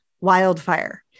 wildfire